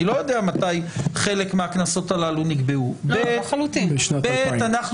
אני לא יודע מתי חלק מהקנסות הללו נקבעו -- בשנת 2000. וכן,